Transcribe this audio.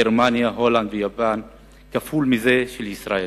גרמניה, הולנד ויפן כפול מזה של ישראל.